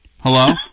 Hello